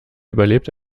überlebt